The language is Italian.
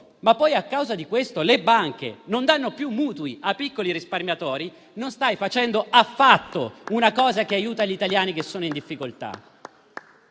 ma poi a causa di questo le banche non danno più mutui ai piccoli risparmiatori, non stai facendo affatto una cosa che aiuta gli italiani che sono in difficoltà.